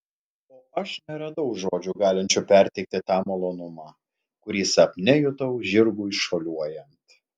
o aš neradau žodžių galinčių perteikti tą malonumą kurį sapne jutau žirgui šuoliuojant